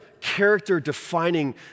character-defining